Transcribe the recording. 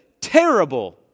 terrible